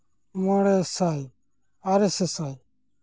ᱢᱚᱬᱮ ᱥᱟᱭ ᱟᱨᱮ ᱥᱟᱥᱟᱭ